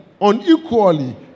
unequally